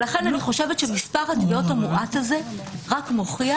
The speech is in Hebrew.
לכן מספר התביעות המועט הזה רק מוכיח